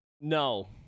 No